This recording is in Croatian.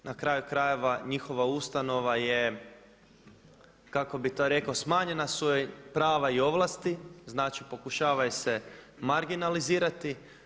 Na kraju krajeva njihova ustanova je kako bih to rekao smanjena su joj prava i ovlasti, znači pokušava ih se marginalizirati.